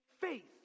faith